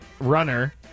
runner